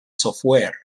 software